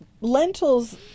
lentils